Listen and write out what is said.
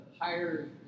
higher